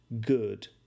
good